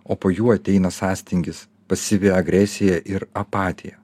o po jų ateina sąstingis pasyvi agresija ir apatija